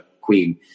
queen